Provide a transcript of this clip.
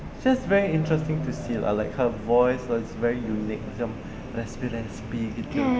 she's just interesting to see lah like her voice was very unique macam raspy raspy begitu kan